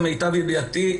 למיטב ידיעתי,